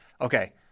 okay